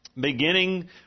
Beginning